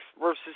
versus